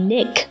Nick